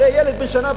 הרי ילד בן שנה,